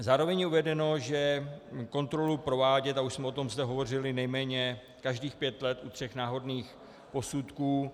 Zároveň je uvedeno, že kontrolu provádět a už jsme o tom zde hovořili nejméně každých pět let u tří náhodných posudků.